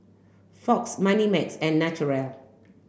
Fox Moneymax and Naturel